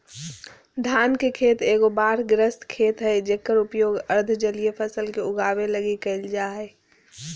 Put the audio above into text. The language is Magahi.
धान के खेत एगो बाढ़ग्रस्त खेत हइ जेकर उपयोग अर्ध जलीय फसल के उगाबे लगी कईल जा हइ